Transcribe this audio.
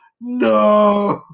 No